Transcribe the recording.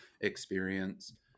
experience